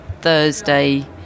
Thursday